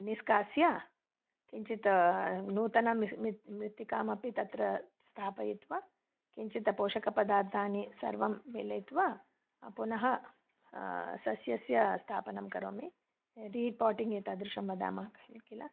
निस्कास्य किञ्चित् नूतनं मि मित् मृत्तिकामपि तत्र स्थापयित्वा किञ्चित् पोषकपदार्थानि सर्वं मेलयित्वा पुनः सस्यस्य स्थापनं करोमि रीपोटिङ्ग् एतादृशं वदामः किल